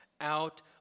out